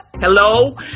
Hello